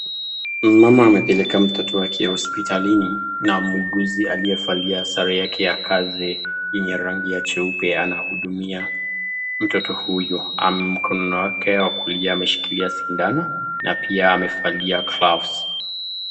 Mama amepeleka mtoto wake hospitalini na muuguzi aliyevaa sare yake ya kazi yenye rangi ya cheupe anahudumia mtoto huyo. Mkono wake wa kulia ameshikilia sindano na pia amevaa gloves.